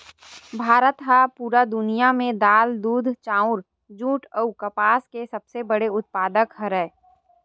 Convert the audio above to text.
भारत हा पूरा दुनिया में दाल, दूध, चाउर, जुट अउ कपास के सबसे बड़े उत्पादक हरे